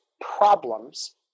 problems